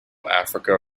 africa